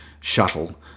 shuttle